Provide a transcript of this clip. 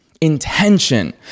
intention